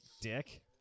dick